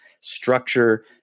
structure